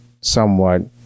somewhat